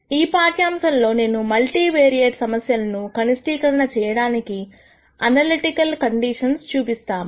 ఈ పాఠ్యాంశంలో మేము మల్టీ వేరియేట్ సమస్యలను కనిష్టీ కరణ చేయడానికి అనలిటికల్ కండిషన్స్ చూపిస్తాము